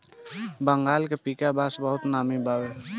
बंगाल के पीका बांस बहुते नामी बावे